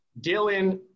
Dylan